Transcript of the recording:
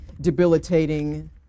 debilitating